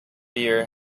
beer